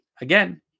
Again